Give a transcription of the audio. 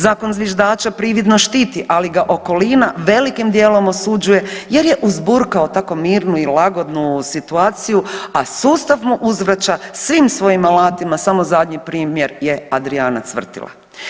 Zakon zviždača prividno štiti, ali ga okolina velikim dijelom osuđuje jer je uzburkao tako mirnu i lagodnu situaciju, a sustav mu uzvraća svim svojim alatima, samo zadnji primjer je Adrijana Cvrtila.